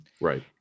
Right